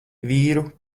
vīru